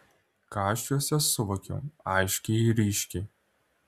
ką aš juose suvokiau aiškiai ir ryškiai